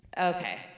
Okay